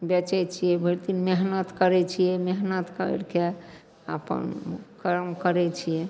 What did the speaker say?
बेचै छिए भरिदिन मेहनति करै छिए मेहनति करिके अपन कर्म करै छिए